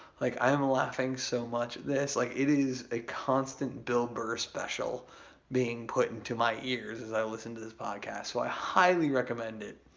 like i am laughing so much at this. like it is a constant bill burr special being put into my ears as i listen to this podcast. so, i highly recommend it.